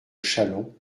chalon